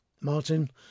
Martin